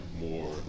more